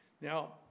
Now